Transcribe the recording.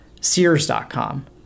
Sears.com